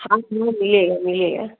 हाँ तो मिलेगा मिलेगा